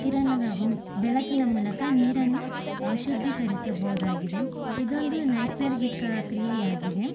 ಕಿರಣದ ಬೆಳಕಿನ ಮೂಲಕ ನೀರನ್ನು ಶುದ್ಧೀಕರಿಸಬಹುದಾಗಿದೆ ಇದೊಂದು ನೈಸರ್ಗಿಕ ಕ್ರಿಯೆಯಾಗಿದೆ